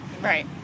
Right